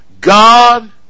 God